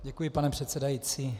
Děkuji, pane předsedající.